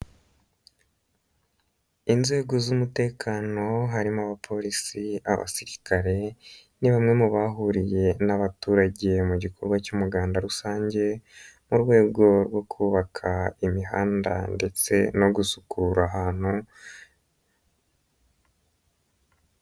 Inzego z'umutekano harimo abapolisi, abasirikare, ni bamwe mu bahuriye n'abaturage mu gikorwa cy'umuganda rusange mu rwego rwo kubaka imihanda ndetse no gusukura ahantu.